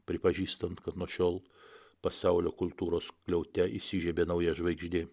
pripažįstant kad nuo šiol pasaulio kultūros skliaute įsižiebė nauja žvaigždė